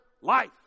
life